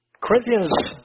Corinthians